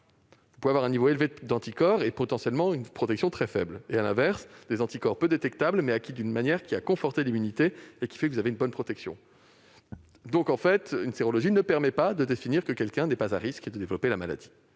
Vous pouvez avoir un niveau élevé d'anticorps et une protection très faible, et, à l'inverse, des anticorps peu détectables, mais acquis d'une manière qui a conforté l'immunité et qui assure une bonne protection. Une sérologie ne permet donc pas de décréter que quelqu'un n'est pas à risque de développer la maladie,